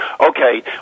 okay